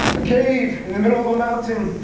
a cave. in the middle of a mountain.